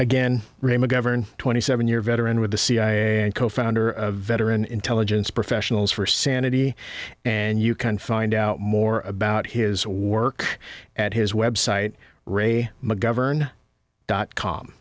again ray mcgovern twenty seven year veteran with the cia and co founder of veteran intelligence professionals for sanity and you can find out more about his work at his website ray mcgovern dot com